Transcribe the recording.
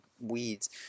weeds